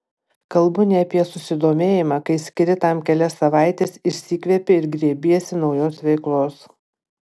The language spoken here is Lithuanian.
kalbu ne apie susidomėjimą kai skiri tam kelias savaites išsikvepi ir grėbiesi naujos veiklos